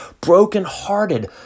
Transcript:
brokenhearted